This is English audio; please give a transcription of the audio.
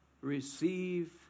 receive